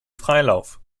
freilauf